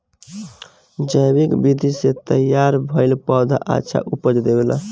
जैविक विधि से तैयार भईल पौधा अच्छा उपज देबेला